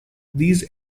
these